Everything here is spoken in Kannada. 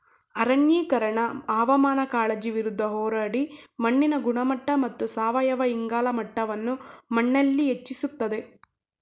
ಅರಣ್ಯೀಕರಣ ಹವಾಮಾನ ಕಾಳಜಿ ವಿರುದ್ಧ ಹೋರಾಡಿ ಮಣ್ಣಿನ ಗುಣಮಟ್ಟ ಮತ್ತು ಸಾವಯವ ಇಂಗಾಲ ಮಟ್ಟವನ್ನು ಮಣ್ಣಲ್ಲಿ ಹೆಚ್ಚಿಸ್ತದೆ